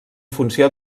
funció